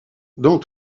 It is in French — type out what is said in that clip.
dans